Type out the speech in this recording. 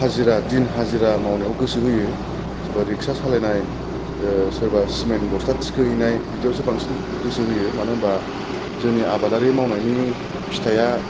हाजिरा दिन हाजिरा मावनायाव गोसो होयो रिक्सा सालायनाय सोरबा सिमेन्ट बस्ता थिखोहैनाय बिदियावसो बांसिन गोसो होयो मानो होनबा जोंनि आबादारि मावनायनि फिथाइया